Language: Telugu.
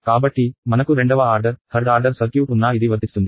కాబట్టి మనకు రెండవ ఆర్డర్ థర్డ్ ఆర్డర్ సర్క్యూట్ ఉన్నా ఇది వర్తిస్తుంది